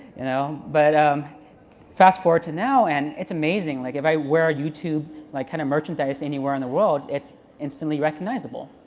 you know but um fast forward to now and it's amazing. like if i wear youtube like kind of merchandise anywhere in the world, it's instantly recognizable.